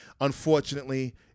unfortunately